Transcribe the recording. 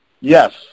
Yes